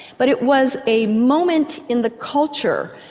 but it was a moment in the culture,